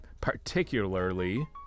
particularly